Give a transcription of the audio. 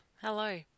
hello